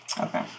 Okay